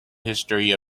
history